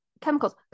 chemicals